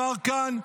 ואמר כאן,